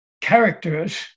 characters